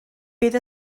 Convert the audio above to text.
bydd